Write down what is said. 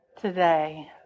today